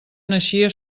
naixia